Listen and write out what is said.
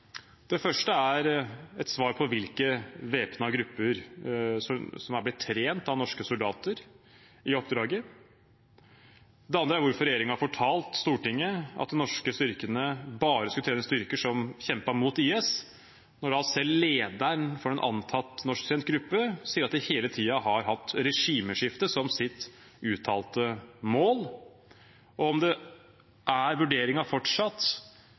Det første er et svar på hvilke væpnete grupper som er blitt trent av norske soldater i oppdraget. Det andre er hvorfor regjeringen har fortalt Stortinget at de norske styrkene bare skulle trene grupper som kjempet mot IS, når selv lederen for en antatt norsktrent gruppe sier at de hele tiden har hatt regimeskifte som sitt uttalte mål, og om man fortsatt vurderer det